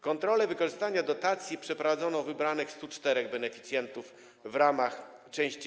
Kontrole wykorzystania dotacji przeprowadzono u wybranych 104 beneficjentów w ramach części: